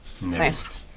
nice